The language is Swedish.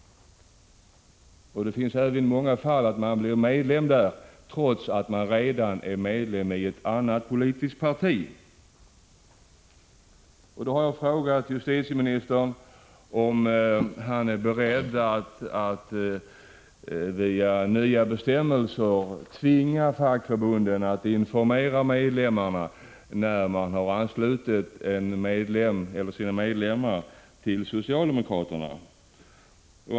Det finns även många fall där människor blivit medlemmar i det socialdemokratiska partiet, trots att de redan har varit medlemmar i ett annat politiskt parti. Jag har frågat justitieministern om han via nya bestämmelser är beredd att tvinga fackförbunden att informera sina medlemmar då de anslutits till det socialdemokratiska partiet.